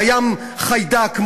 קיים חיידק.